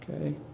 Okay